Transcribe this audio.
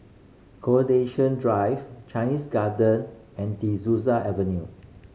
Coronation Drive Chinese Garden and De Souza Avenue